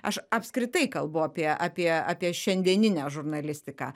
aš apskritai kalbu apie apie apie šiandieninę žurnalistiką